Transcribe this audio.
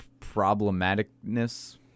problematicness